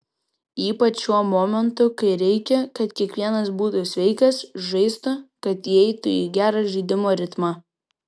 ypač šiuo momentu kai reikia kad kiekvienas būtų sveikas žaistų kad įeitų į gerą žaidimo ritmą